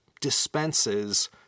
dispenses